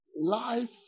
life